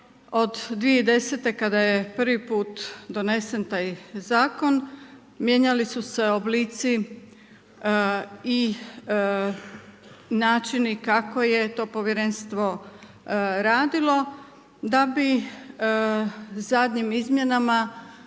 od 2010. kada je prvi put donesen taj zakon mijenjali su se oblici i načini kako je to povjerenstvo radilo. Da bi zadnjim izmjenama